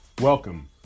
Welcome